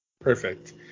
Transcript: perfect